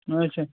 اَچھا